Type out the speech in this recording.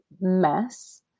mess